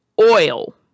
oil